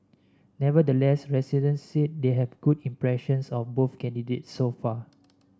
nevertheless residents said they have good impressions of both candidates so far